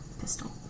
pistol